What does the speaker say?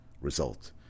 result